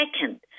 second